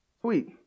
sweet